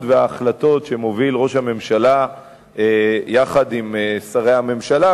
וההחלטות שראש הממשלה מוביל יחד עם שרי הממשלה.